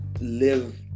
live